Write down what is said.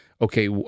okay